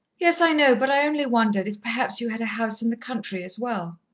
yes, i know, but i only wondered if perhaps you had a house in the country as well.